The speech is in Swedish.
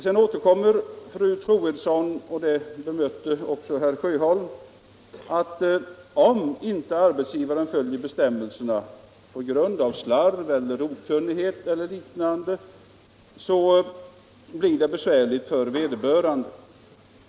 Sedan återkom fru Troedsson till — och på den punkten har herr Sjöholm redan bemött henne — att om en arbetsgivare inte följer bestämmelserna på grund av slarv eller okunnighet, så blir det besvärligt för vederbörande.